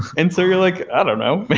and so you're like, i don't know.